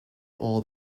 all